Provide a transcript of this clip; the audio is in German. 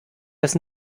das